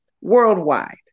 worldwide